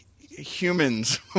humans